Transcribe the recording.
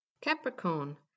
Capricorn